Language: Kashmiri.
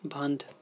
بنٛد